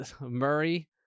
Murray